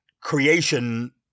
creation